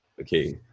okay